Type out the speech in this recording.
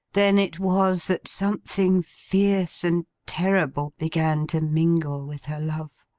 then it was that something fierce and terrible began to mingle with her love.